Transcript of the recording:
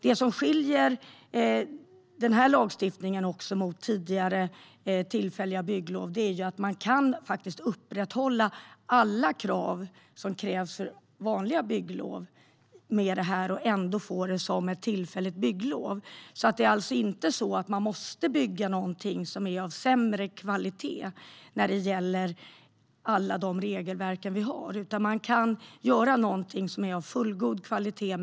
Det som skiljer denna lagstiftning från tidigare tillfälliga bygglov är att man faktiskt kan upprätthålla alla de krav som finns för vanliga bygglov och ändå få det som ett tillfälligt bygglov. Man måste alltså inte bygga någonting som är av sämre kvalitet när det gäller alla de regelverk vi har, utan man kan göra någonting som är av fullgod kvalitet.